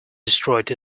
destroyed